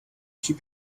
keep